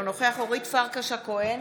אינו נוכח אורית פרקש הכהן,